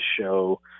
show